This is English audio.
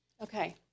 Okay